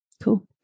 cool